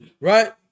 Right